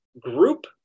group